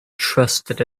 trusted